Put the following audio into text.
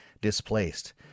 displaced